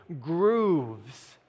grooves